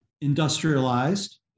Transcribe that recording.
industrialized